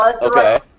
Okay